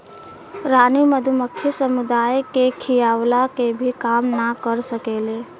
रानी मधुमक्खी समुदाय के खियवला के भी काम ना कर सकेले